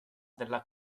della